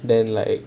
then like